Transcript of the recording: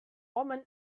woman